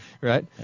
Right